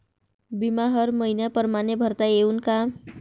बिमा हर मइन्या परमाने भरता येऊन का?